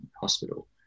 hospital